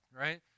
right